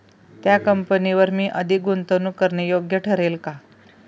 त्या कंपनीवर मी अधिक गुंतवणूक करणे योग्य ठरेल का?